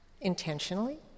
intentionally